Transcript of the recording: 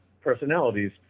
personalities